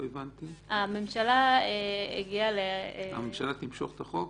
הממשלה הגיעה -- --הממשלה תמשוך את החוק?